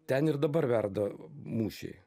ten ir dabar verda mūšiai